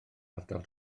ardal